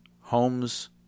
homes